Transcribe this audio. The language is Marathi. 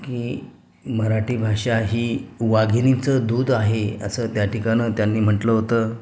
की मराठी भाषा ही वाघिणीचं दूध आहे असं त्या ठिकाणी त्यांनी म्हटलं होतं